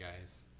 guys